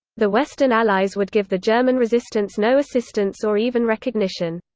the western allies would give the german resistance no assistance or even recognition.